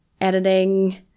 editing